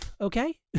okay